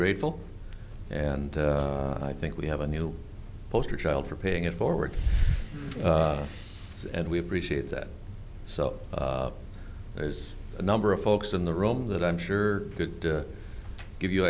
grateful and i think we have a new poster child for paying it forward and we appreciate that so there's a number of folks in the room that i'm sure could give you